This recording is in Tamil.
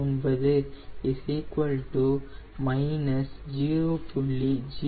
279 0